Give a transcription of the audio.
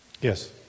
Yes